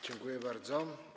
Dziękuję bardzo.